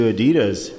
Adidas